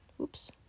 oops